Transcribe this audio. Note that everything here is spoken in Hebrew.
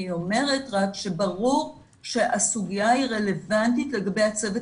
אני אומרת רק שברור שהסוגיה היא רלוונטית לגבי הצוות